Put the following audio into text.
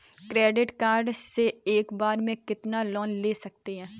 Credit card से एक बार में कितना लोन ले सकते हैं?